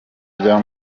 bya